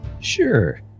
Sure